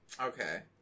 Okay